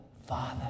Father